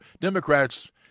Democrats